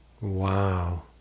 Wow